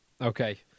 Okay